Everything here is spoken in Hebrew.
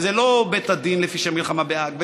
וזה לא בית הדין לפשעי מלחמה בהאג,